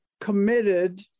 committed